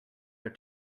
your